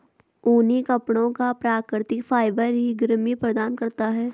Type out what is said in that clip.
ऊनी कपड़ों का प्राकृतिक फाइबर ही गर्मी प्रदान करता है